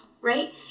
right